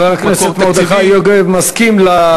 חבר הכנסת מרדכי יוגב מסכים להתניות.